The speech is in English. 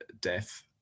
death